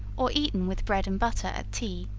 or eaten with bread and butter at tea,